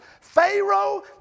Pharaoh